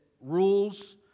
rules